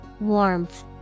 Warmth